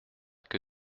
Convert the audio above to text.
que